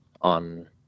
on